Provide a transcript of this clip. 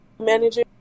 manager